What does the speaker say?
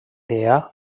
dia